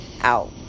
Out